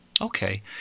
Okay